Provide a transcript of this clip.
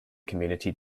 community